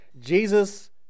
Jesus